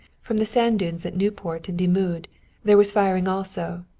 from the sand dunes at nieuport and dixmude there was firing also,